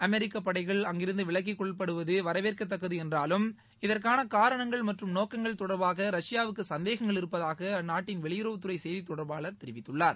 அமெரிக்கப் படைகள் அங்கிருந்து விலக்கிக் கொள்ளப்படுவது வரவேற்கத்தக்கது என்றாலும் இதற்காள காரணங்கள் மற்றம் நோக்கங்கள் தொடர்பாக ரஷ்யாவுக்கு சந்தேகங்கள் இருப்பதாக அந்நாட்டின் வெளியுறவுத்துறை செய்தி தொடர்பாளர் தெரிவித்துள்ளார்